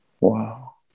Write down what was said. wow